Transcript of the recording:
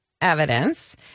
evidence